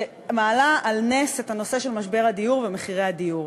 שמעלה על נס את הנושא של משבר הדיור ומחירי הדיור,